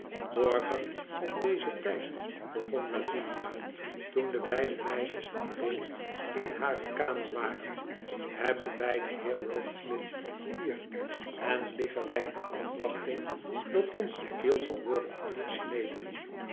morgen om dezen tijd begon lavinia toen de beide meisjes alleen in hare kamer warn hebben wij den heer rokesmith hier en liggen wij in afvrachting dat ons de keel zal worden afgesneden